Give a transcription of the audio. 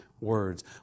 words